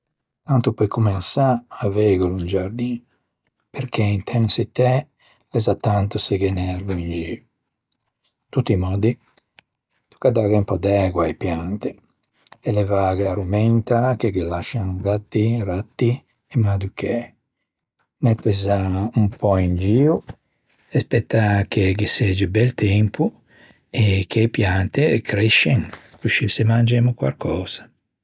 Tanto pe incomensâ, aveighelo o giardin perché inte unna çittæ l'é za tanto se gh'é un erbo in gio. À tutti i mòddi, tocca dâghe un pö d'ægua a-e piante e levâghe a rumenta che ghe lascian gatti, ratti e mäducæ. Nettezzâ un pö in gio e spëtâ che ghe segge bello tempo e che e piante crescen coscì se mangemmo quarcösa.